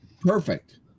Perfect